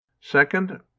Second